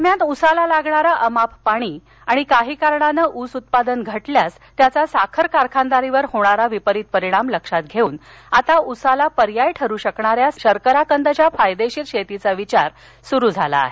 दरम्यान उसाला लागणारं अमाप पाणी आणि काही कारणाने ऊस उत्पादन घटल्यास त्याचा साखर कारखानदारीवर होणारा विपरीत परिणाम लक्षात घेऊन आता उसाला पर्याय ठरु शकणाऱ्या शर्कराकंदच्या फायदेशीर शेतीचा विचार सुरु झाला आहे